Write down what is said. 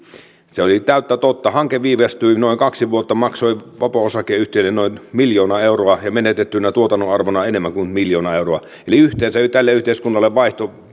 se oli täyttä totta hanke viivästyi noin kaksi vuotta ja maksoi vapo oylle noin miljoona euroa ja menetettynä tuotannon arvona enemmän kuin miljoona euroa eli yhteensä tälle yhteiskunnalle